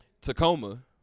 Tacoma